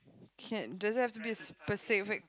can does it have to be a specific